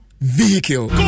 vehicle